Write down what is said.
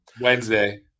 Wednesday